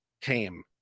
came